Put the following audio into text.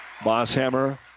Bosshammer